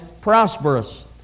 prosperous